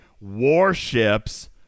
warships